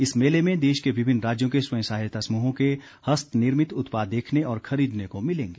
इस मेले में देश के विभिन्न राज्यों के स्वयं सहायता समूहों के हस्तनिर्मित उत्पाद देखने और खरीदने को मिलेंगे